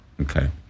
Okay